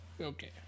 Okay